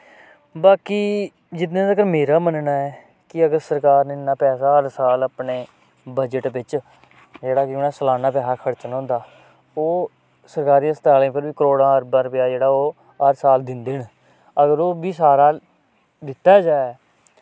बाकी जिन्ने तकर मेरा मन्नना ऐ कि अगर सरकार ने इन्ना पैसा हर साल अपने बजट बिच्च जेह्ड़ा कि उ'नें सालाना पैसा खर्चना होंदा ओह् सरकारी हस्पतालें पर बी करोड़ां अरबां रपेआ जेह्ड़ा ओह् हर साल दिंदे न अगर ओह् बी सारा दित्ता जाए